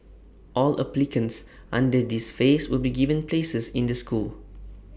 all applicants under this phase will be given places in the school